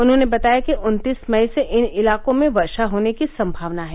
उन्होंने बताया कि उन्तीस मई से इन इलाकों में वर्षा होने की संभावना है